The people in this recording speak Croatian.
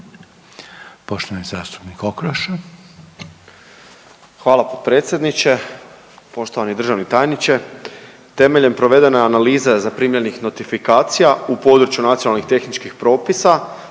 Tomislav (HDZ)** Hvala potpredsjedniče. Poštovani državni tajniče, temeljem provedene analize zaprimljenih notifikacija u području nacionalnih tehničkih propisa,